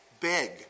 beg